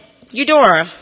Eudora